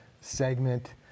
segment